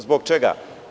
Zbog čega?